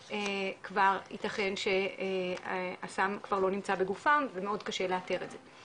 כבר יתכן הסם כבר לא נמצא בגופן ומאוד קשה לאתר את זה,